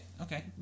okay